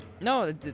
No